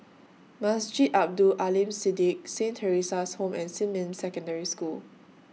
Masjid Abdul Aleem Siddique Saint Theresa's Home and Xinmin Secondary School